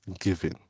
giving